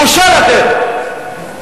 בושה לכם.